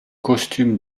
costume